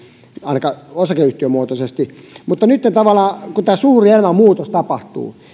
ainakaan osakeyhtiömuotoisesti mutta nytten tavallaan kun tämä suuri elämänmuutos tapahtuu